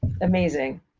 Amazing